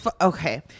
okay